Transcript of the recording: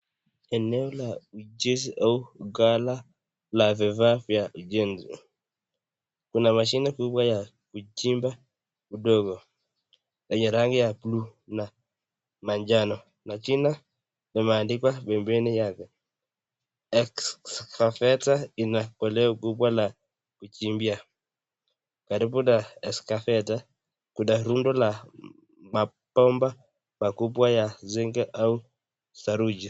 Eneo la ujenzi au gala la vifaa vya ujenzi. Kuna mashine kubwa ya kuchimba udongo yenye rangi ya buluu na manjano, na jina limeandikwa pembeni yake. Excavator ina koleo kubwa la kuchimbia. Karibu na excavator kuna rundo la mabomba makubwa ya zege au saruji.